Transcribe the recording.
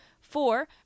Four